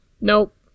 Nope